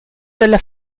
della